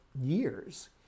years